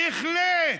בהחלט,